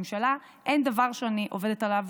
אין דבר שאני עובדת עליו